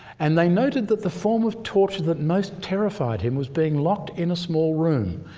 and they noted that the form of torture that most terrified him was being locked in a small room,